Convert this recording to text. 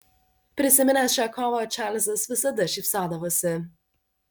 prisiminęs šią kovą čarlzas visada šypsodavosi